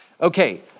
Okay